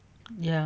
ya